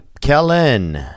Kellen